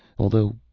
although,